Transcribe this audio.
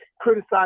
criticize